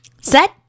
Set